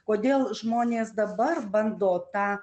kodėl žmonės dabar bando tą